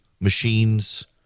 machines